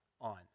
on